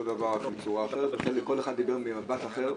אותו דבר רק בצורה אחרת, כל אחד דיבר ממבט אחר.